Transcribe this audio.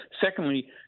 Secondly